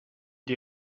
die